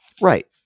Right